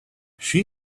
she